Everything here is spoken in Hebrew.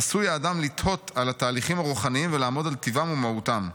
עשוי האדם לתהות על התהליכים הרוחניים ולעמוד על טיבם ומהותם,